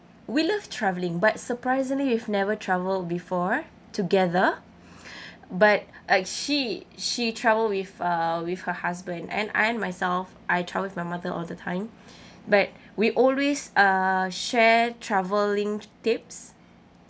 we love travelling but surprisingly we've never travelled before together but like she she travel with uh with her husband and I myself I travel with my mother all the time but we always uh share travelling tips